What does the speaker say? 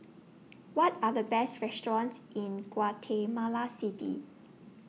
What Are The Best restaurants in Guatemala City